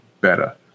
better